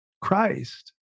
Christ